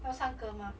要三格吗